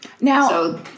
Now